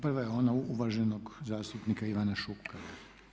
Prva je ona uvaženog zastupnika Ivana Šukera.